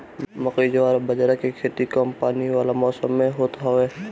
मकई, जवार बजारा के खेती कम पानी वाला मौसम में होत हवे